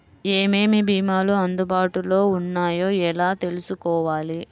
ఏమేమి భీమాలు అందుబాటులో వున్నాయో ఎలా తెలుసుకోవాలి?